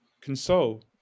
console